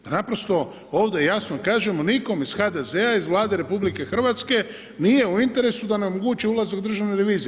Da naprosto ovdje jasno kažemo, nikom iz HDZ-a iz Vlade RH nije u interesu da onemogući ulazak državne revizije.